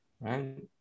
right